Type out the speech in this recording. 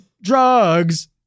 drugs